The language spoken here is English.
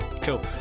cool